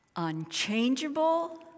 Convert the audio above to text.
Unchangeable